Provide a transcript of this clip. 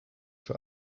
für